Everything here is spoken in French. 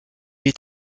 est